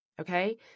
Okay